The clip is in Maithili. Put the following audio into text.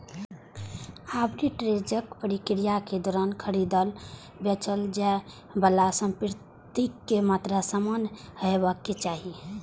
आर्बिट्रेजक प्रक्रियाक दौरान खरीदल, बेचल जाइ बला संपत्तिक मात्रा समान हेबाक चाही